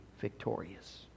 victorious